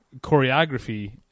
choreography